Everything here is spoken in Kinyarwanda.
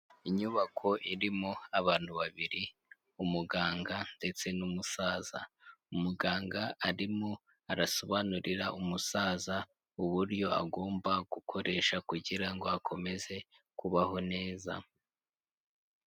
Inyubako irimo abantu babiri umuganga ndetse n'umusaza, umuganga arimo arasobanurira umusaza uburyo agomba gukoresha kugira ngo akomeze kubaho neza.